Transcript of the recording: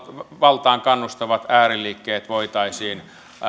väkivaltaan kannustavat ääriliikkeet voitaisiin